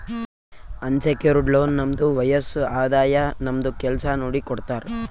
unsecured loan ನಮ್ದು ವಯಸ್ಸ್, ಆದಾಯ, ನಮ್ದು ಕೆಲ್ಸಾ ನೋಡಿ ಕೊಡ್ತಾರ್